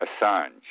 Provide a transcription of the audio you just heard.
Assange